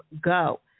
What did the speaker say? go